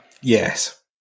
Yes